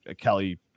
Kelly